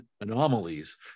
anomalies